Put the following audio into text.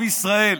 עם ישראל,